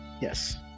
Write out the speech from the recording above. Yes